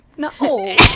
No